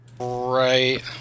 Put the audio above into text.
Right